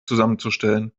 zusammenzustellen